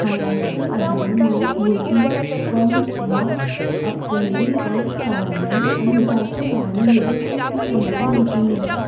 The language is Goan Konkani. खोलायेचेर आदारून लोक ओडपी पंप वा अपकेंद्रीय पंप शारांनी आनी जायत्या गांवांनी लेगीत तो खूब प्रमाणांत दिसून येता